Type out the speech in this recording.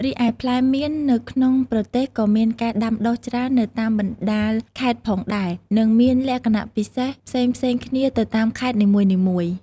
រីឯផ្លែមៀន នៅក្នុងប្រទេសក៏មានការដាំដុះច្រើននៅតាមបណ្ដាលខេត្តផងដែរ និងមានលក្ខណៈពិសេសផ្សេងៗគ្នាទៅតាមខេត្តនីមួយ។